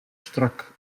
strak